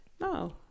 No